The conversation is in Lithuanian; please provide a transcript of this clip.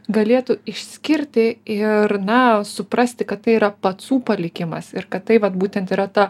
galėtų išskirti ir na suprasti kad tai yra pacų palikimas ir kad tai vat būtent yra ta